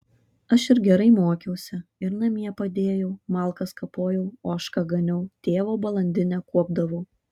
aš ir gerai mokiausi ir namie padėjau malkas kapojau ožką ganiau tėvo balandinę kuopdavau